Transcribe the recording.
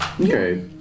okay